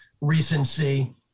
recency